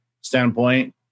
standpoint